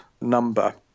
number